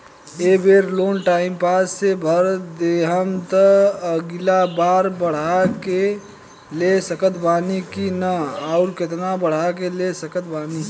ए बेर loan time से भर देहम त अगिला बार बढ़ा के ले सकत बानी की न आउर केतना बढ़ा के ले सकत बानी?